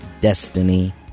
destiny